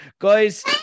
Guys